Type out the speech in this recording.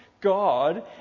God